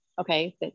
okay